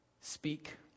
Speak